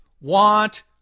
want